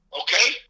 Okay